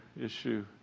issue